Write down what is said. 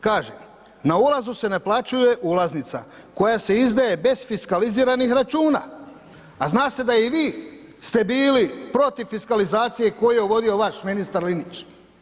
Kaže na ulazu se naplaćuje ulaznica koja se izdaje bez fiskaliziranih računa, a zna se da i vi ste bili protiv fiskalizacije koju je uvodio vaš ministar Linić.